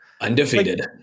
undefeated